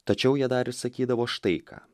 tačiau jie dar ir sakydavo štai ką